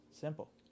Simple